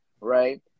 Right